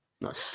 Nice